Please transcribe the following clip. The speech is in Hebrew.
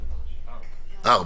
4 אושר.